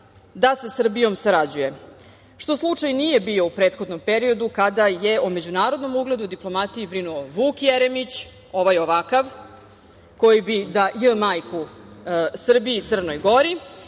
da sa Srbijom sarađuje, što slučaj nije bio u prethodnom periodu, kada je o međunarodnom ugledu i diplomatiji brinuo Vuk Jeremić, ovaj ovakav, koji bi da j… majku Srbiji i Crnoj Gori,